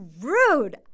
rude